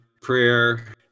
prayer